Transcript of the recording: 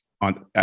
on